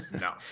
No